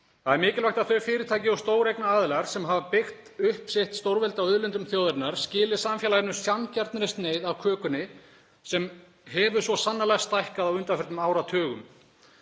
Það er mikilvægt að þau fyrirtæki og stóreignaaðilar sem hafa byggt upp sitt stórveldi á auðlindum þjóðarinnar skili samfélaginu sanngjarnri sneið af kökunni sem hefur svo sannanlega stækkað á undanförnum áratugum.